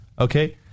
Okay